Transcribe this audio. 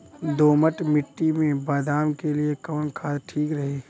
दोमट मिट्टी मे बादाम के लिए कवन खाद ठीक रही?